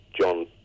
John